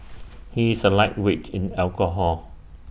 he is A lightweight in alcohol